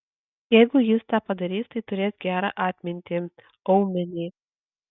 jeigu jis tą padarys tai turės gerą atmintį aumenį